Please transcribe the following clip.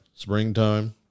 Springtime